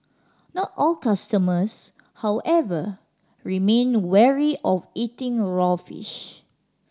not all customers however remain wary of eating raw fish